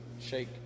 shake